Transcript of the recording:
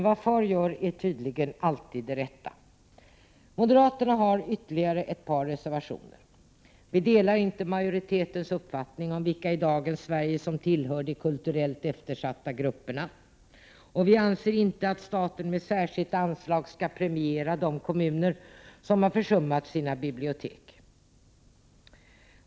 Vad far gör är tydligen alltid det rätta. Moderaterna har ytterligare ett par reservationer. Vi delar inte majoritetens uppfattning om vilka i dagens Sverige som tillhör de kulturellt eftersatta grupperna, och vi anser inte att staten med särskilt anslag skall premiera de kommuner som har försummat sina bibliotek.